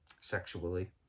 sexually